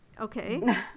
okay